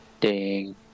Ding